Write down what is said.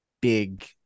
big